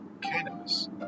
cannabis